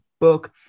book